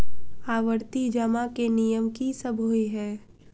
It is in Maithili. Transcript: आवर्ती जमा केँ नियम की सब होइ है?